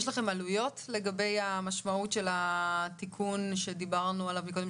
יש לכם עלויות לגבי המשמעות של התיקון שדיברנו עליו מקודם,